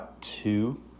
two